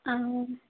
ஆமாம் மேம்